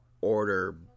Order